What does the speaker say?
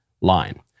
line